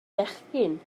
fechgyn